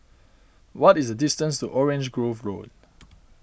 what is distance Orange Grove Road